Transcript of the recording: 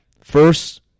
first